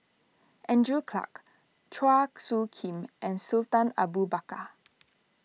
Andrew Clarke Chua Soo Khim and Sultan Abu Bakar